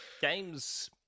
games